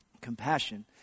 compassion